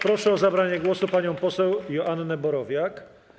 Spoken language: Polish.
Proszę o zabranie głosu panią poseł Joannę Borowiak.